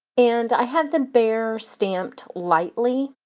and i have the bear stamped lightly